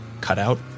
cutout